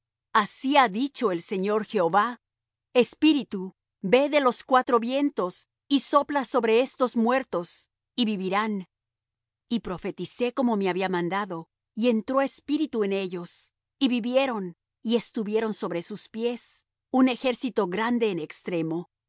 así ha dicho el señor jehová espíritu ven de los cuatro vientos y sopla sobre estos muertos y vivirán y profeticé como me había mandado y entró espíritu en ellos y vivieron y estuvieron sobre sus pies un ejército grande en extremo